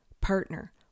Partner